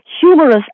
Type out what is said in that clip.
humorous